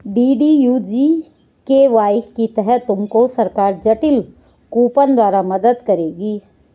DDU GKY के तहत तुमको सरकार डिजिटल कूपन द्वारा मदद करेगी